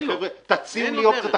-- יגיד תציעו לי אופציות אחרות,